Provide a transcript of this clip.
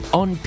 on